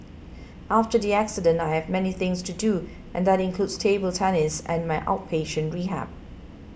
after the accident I have many things to do and that includes table tennis and my outpatient rehab